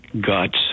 guts